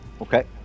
Okay